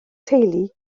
teulu